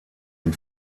den